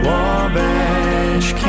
Wabash